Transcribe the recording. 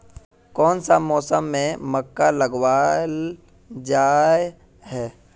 कोन सा मौसम में मक्का लगावल जाय है?